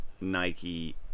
Nike